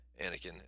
Anakin